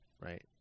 Right